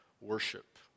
worship